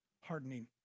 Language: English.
hardening